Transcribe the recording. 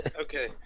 Okay